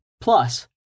Plus